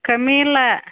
ಕಮ್ಮಿ ಇಲ್ಲ